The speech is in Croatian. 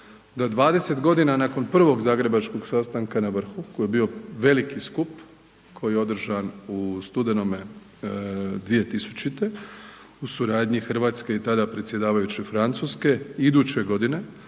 da 20 g. nakon prvog zagrebačkog sastanka na vrhu koji je bio veliki skup koji je održan u studenome 2000. u suradnji Hrvatske i tada predsjedavajuće Francuske, iduće godine,